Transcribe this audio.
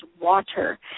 water